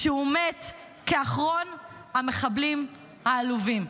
כשהוא מת כאחרון המחבלים העלובים.